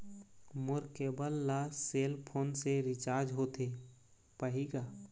मोर cable ला cell phone से recharge होथे पाही का?